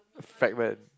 fragment